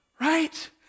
Right